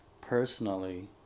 personally